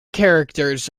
characters